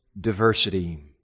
diversity